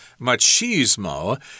machismo